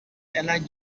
elite